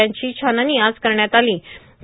त्यांची छाननी आज करण्यात आलां